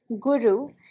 guru